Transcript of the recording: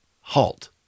Halt